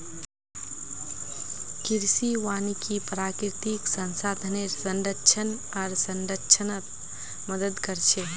कृषि वानिकी प्राकृतिक संसाधनेर संरक्षण आर संरक्षणत मदद कर छे